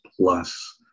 plus